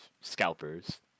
scalpers